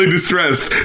distressed